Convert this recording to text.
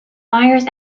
myers